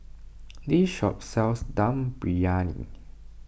this shop sells Dum Briyani